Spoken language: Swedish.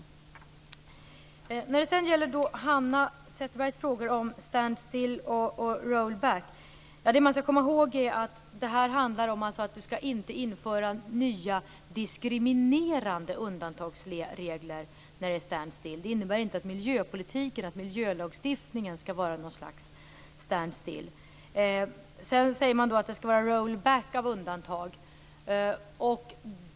Hanna Zetterberg ställde några frågor om stand still och roll back. Det som man skall komma ihåg är att det handlar om att man inte skall införa nya diskriminerande undantagsregler när det är stand still. Det innebär inte att miljöpolitiken och miljölagstiftningen skall vara stand still. Sedan sägs det att det skall vara roll back av undantag.